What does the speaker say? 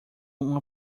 uma